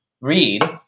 read